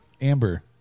Amber